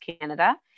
Canada